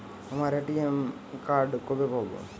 আমার ATM card কবে পাব?